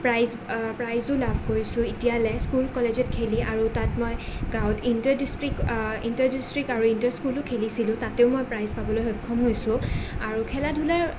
prize প্ৰাইজো লাভ কৰিছোঁ এতিয়ালে স্কুল কলেজত খেলি আৰু তাত মই গাঁৱত ইন্টাৰ ড্ৰিষ্টিক ইন্টাৰ ড্ৰিষ্টিক আৰু ইণ্টাৰ স্কুলো খেলিছিলোঁ তাতেও মই প্ৰাইজ পাবলৈ সক্ষম হৈছোঁ আৰু খেলা ধূলাৰ